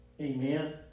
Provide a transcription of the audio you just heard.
Amen